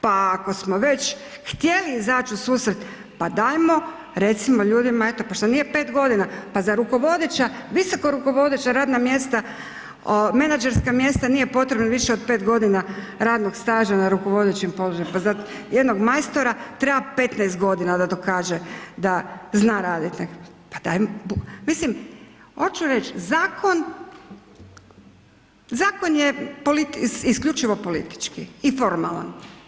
Pa ako smo već htjeli izaći ususret, pa dajmo, recimo ljudi, eto, pa što nije 5 godina, pa zar rukovodeća, visoka rukovodeća radna mjesta, menadžerska mjesta nije potrebno više od 5 godina radnog staža na rukovodećem položaju, pa zar jednom majstora treba 15 godina da dokaze da zna raditi neki, mislim hoću reći zakon je isključivo politički i formalan.